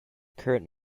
current